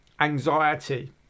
anxiety